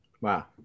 Wow